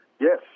Yes